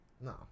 No